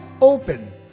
open